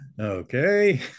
okay